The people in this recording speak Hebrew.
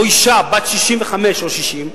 או אשה בת 65 או 60,